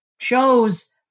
shows